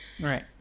Right